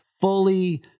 fully